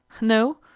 No